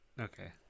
okay